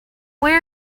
where